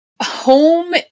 home